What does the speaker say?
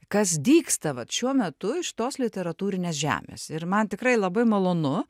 kas dygsta vat šiuo metu iš tos literatūrinės žemės ir man tikrai labai malonu